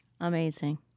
Amazing